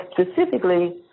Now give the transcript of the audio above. specifically